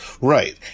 Right